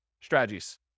strategies